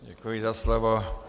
Děkuji za slovo.